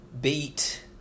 beat